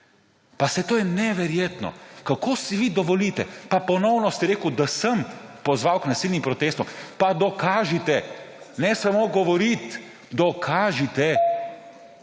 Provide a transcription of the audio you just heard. pa saj to je neverjetno, kaj si vi dovolite! Pa ponovno ste rekli, da sem pozval k nasilnim protestom. Dokažite, ne samo govoriti. Dokažite!